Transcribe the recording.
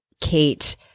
Kate